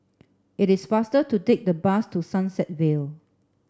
it is faster to take the bus to Sunset Vale